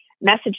message